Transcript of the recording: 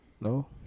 No